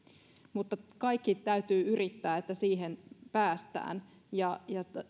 mutta kaikki täytyy yrittää että siihen päästään